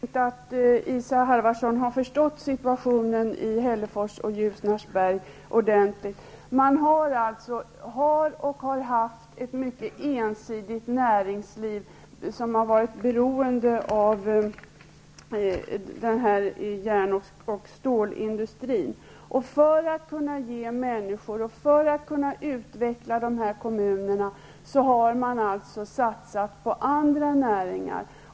Herr talman! Jag tror inte att Isa Halvarsson har förstått situationen i Hällefors och Ljusnarsberg ordentligt. Man har och har haft ett mycket ensidigt näringsliv som har varit beroende av järn och stålindustrin. För att kunna utveckla dessa kommuner har man alltså satsat på andra näringar.